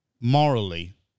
morally